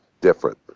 different